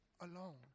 alone